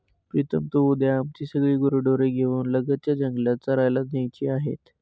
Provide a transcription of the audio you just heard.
प्रीतम तू उद्या आमची सगळी गुरेढोरे घेऊन लगतच्या जंगलात चरायला न्यायची आहेत